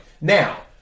Now